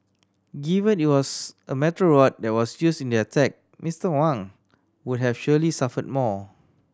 given it was a metal rod that was used in the attack Mister Wang would have surely suffered more